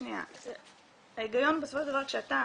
שנייה, ההיגיון, בסופו של דבר כשאתה